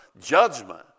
judgment